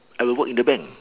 I will work in the bank